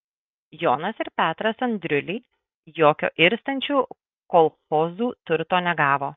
jonas ir petras andriuliai jokio irstančių kolchozų turto negavo